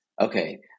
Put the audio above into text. okay